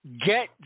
get